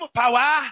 power